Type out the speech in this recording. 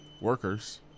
Workers